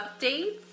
updates